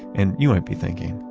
and you might be thinking,